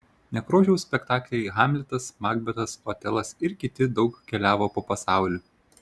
nekrošiaus spektakliai hamletas makbetas otelas ir kiti daug keliavo po pasaulį